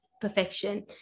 perfection